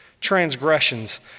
transgressions